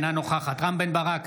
אינה נוכחת רם בן ברק,